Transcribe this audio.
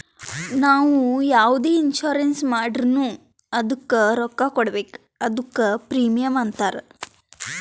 ನಾವು ಯಾವುದೆ ಇನ್ಸೂರೆನ್ಸ್ ಮಾಡುರ್ನು ಅದ್ದುಕ ರೊಕ್ಕಾ ಕಟ್ಬೇಕ್ ಅದ್ದುಕ ಪ್ರೀಮಿಯಂ ಅಂತಾರ್